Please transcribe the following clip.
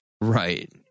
right